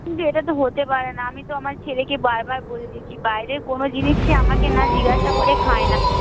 কিন্তু এটা তো হতে পারে না আমি তো আমার ছেলেকে বারবার বলে দিয়েছি বাইরের কোনো জিনিসই আমাকে না জিজ্ঞাসা করে খায় না